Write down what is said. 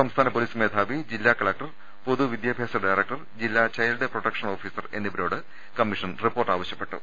സംസ്ഥാന പൊലീസ് മേധാവി ജില്ലാ കലക്ടർ പൊതുവിദ്യാഭ്യാസ ഡയറക്ടർ ജില്ലാ ചൈൽഡ് പ്രൊട്ടക്ഷൻ ഓഫീസർ എന്നിവരോട് കമ്മീഷൻ റിപ്പോർട്ട് ആവശ്യപ്പെട്ടു